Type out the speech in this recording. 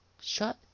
Shut